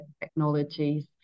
technologies